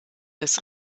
des